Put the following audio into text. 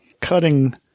cutting